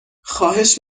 خواهش